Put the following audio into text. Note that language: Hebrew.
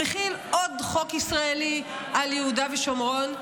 שמחיל עוד חוק ישראלי על יהודה ושומרון,